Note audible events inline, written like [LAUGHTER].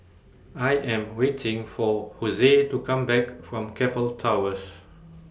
I Am waiting For Jose to Come Back from Keppel Towers [NOISE]